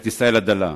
את ישראל הדלה.